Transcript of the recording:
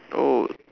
oh